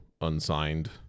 unsigned